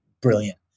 brilliant